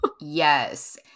Yes